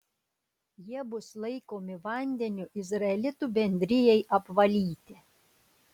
jie bus laikomi vandeniu izraelitų bendrijai apvalyti